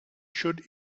should